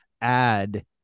add